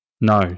No